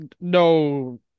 no